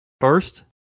first